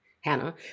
Hannah